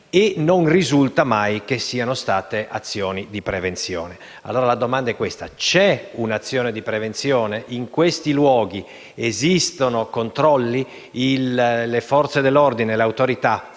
e non risulta mai che vi siano state azioni di prevenzione. La domanda è dunque la seguente: c'è un'azione di prevenzione? In quei luoghi esistono controlli? Le Forze dell'ordine e le autorità